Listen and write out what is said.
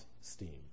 steam